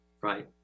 right